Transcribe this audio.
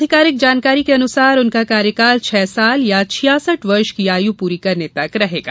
अधिकारिक जानकारी के अनुसार उनका कार्यकाल छह वर्ष या छियासठ वर्ष की आयु पूरी करने तक रहेगा